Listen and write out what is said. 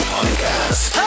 Podcast